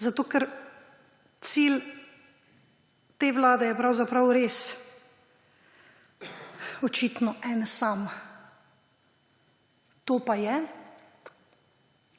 Zato ker cilj te vlade ja pravzaprav res, očitno, en sam – to pa je,